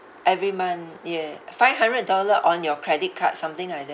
every month ya five hundred dollar on your credit card something like that